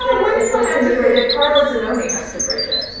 ah women don't have to bridge it, carla zanoni has to bridge it,